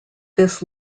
this